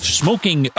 smoking